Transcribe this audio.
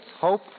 hope